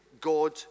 God